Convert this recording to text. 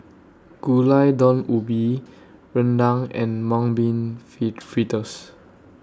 Gulai Daun Ubi Rendang and Mung Bean Fee Fritters